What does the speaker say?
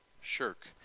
shirk